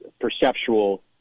perceptual